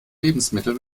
lebensmittel